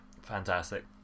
Fantastic